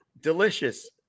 Delicious